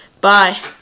Bye